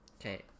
Okay